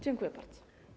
Dziękuję bardzo.